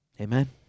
Amen